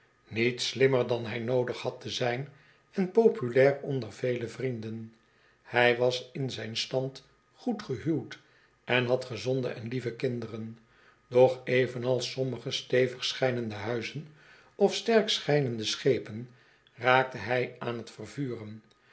kon niet'slimmer clan hij noodig had te zijn en populair onder vele vrienden hij was in zijn stand goed gehuwd en had gezonde en lieve kinderen doch evenals sommige stevig schijnende huizen of sterk schijnende schepen raakte hij aan t vervuren